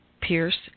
Pierce